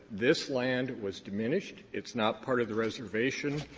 this land was diminished. it's not part of the reservation.